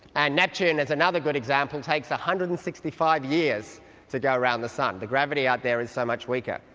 and neptune, as another good example, takes one hundred and sixty five years to go around the sun, the gravity out there is so much weaker,